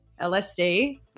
lsd